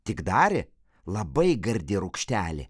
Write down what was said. tik darė labai gardi rūgštelė